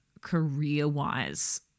career-wise